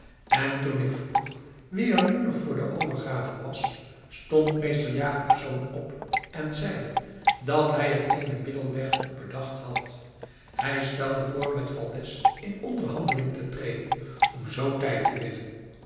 en toen ik vroeg wie er nu nog voor de overgave was stond meester jacobsz op en zeide dat hij er eenen middelweg op bedacht had hij stelde voor met valdez in onderhandeling te treden om zoo tijd te winnen